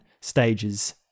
stages